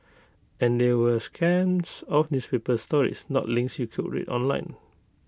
and they were scans of newspaper stories not links you could read online